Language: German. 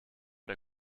der